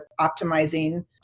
optimizing